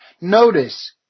Notice